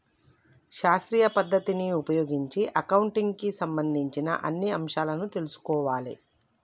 శాస్త్రీయ పద్ధతిని ఉపయోగించి అకౌంటింగ్ కి సంబంధించిన అన్ని అంశాలను తెల్సుకోవాలే